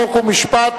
חוק ומשפט,